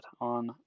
on